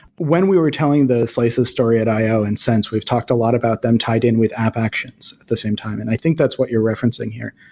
when we were telling the slices story at io and sense, we've talked a lot about them tied in with app actions at the same time, and i think that's what you're referencing here.